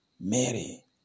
Mary